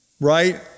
right